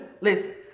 listen